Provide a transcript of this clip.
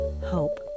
hope